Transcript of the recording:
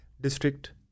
District